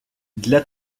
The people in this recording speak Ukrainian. для